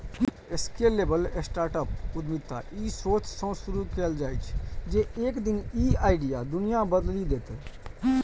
scalable startup उद्यमिता ई सोचसं शुरू कैल जाइ छै, जे एक दिन ई आइडिया दुनिया बदलि देतै